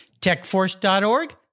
techforce.org